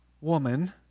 woman